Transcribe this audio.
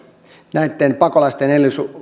näitten pakolaisten